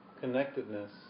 connectedness